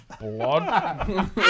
blood